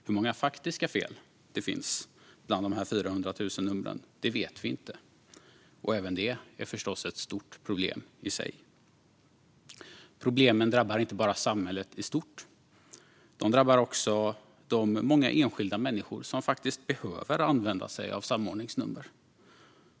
Hur många faktiska fel det finns av de 400 000 numren vet vi inte, och även det är förstås ett stort problem i sig. Problemen drabbar inte bara samhället i stort, utan de drabbar också de många enskilda människor som faktiskt behöver använda sig av samordningsnummer.